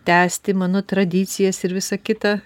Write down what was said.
tęsti mano tradicijas ir visa kita